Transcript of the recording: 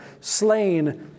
Slain